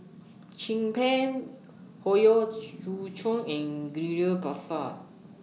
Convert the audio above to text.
Chin Peng Howe Yoon Chong and Ghillie BaSan